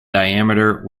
diameter